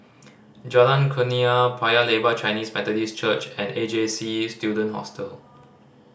Jalan Kurnia Paya Lebar Chinese Methodist Church and A J C Student Hostel